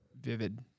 vivid